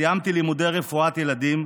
סיימתי לימודי רפואת ילדים,